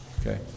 Okay